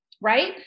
Right